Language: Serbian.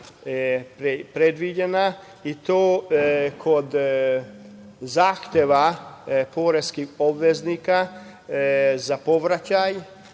predviđena, i to kod zahteva poreskih obveznika za povraćaj